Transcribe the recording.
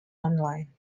online